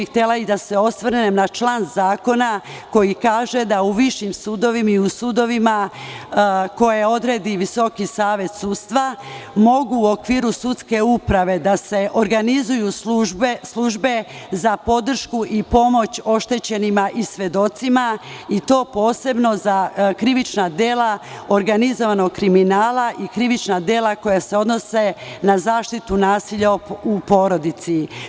Htela bih da se osvrnem na član zakona koji kaže da u višim sudovima i u sudovima koje odredi Visoki savet sudstva mogu u okviru sudske uprave da se organizuju službe za podršku i pomoć oštećenima i svedocima, i to posebno za krivična dela organizovanog kriminala i krivična dela koja se odnose na nasilja u porodici.